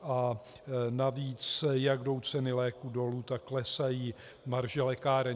A navíc, jak jdou ceny léků dolů, tak klesají marže lékáren.